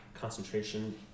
concentration